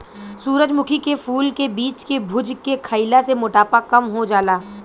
सूरजमुखी के फूल के बीज के भुज के खईला से मोटापा कम हो जाला